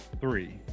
three